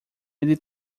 ele